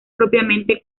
propiamente